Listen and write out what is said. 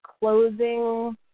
closing